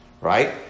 Right